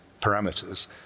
parameters